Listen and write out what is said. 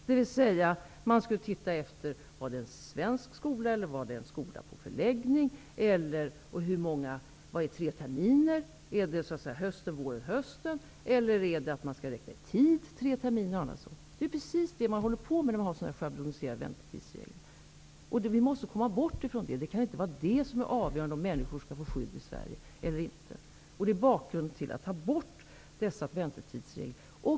Man skulle då se om barnen hade gått i en svensk skola eller i en skola på förläggning. Man skulle bedöma vad tre terminer innebar -- var det hösten hösten eller skulle man räkna i tid? Det är precis det man håller på med när man har en schabloniserad väntetidsregel. Vi måste komma bort ifrån det. Det kan inte vara det som är avgörande för om människor skall få skydd i Sverige eller inte. Det är bakgrunden till att vi tar bort väntetidsreglerna.